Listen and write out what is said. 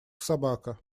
собака